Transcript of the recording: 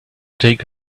take